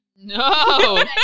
No